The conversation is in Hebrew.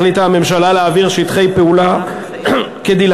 החליטה הממשלה להעביר שטחי פעולה כדלהלן: